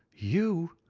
you!